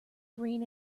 green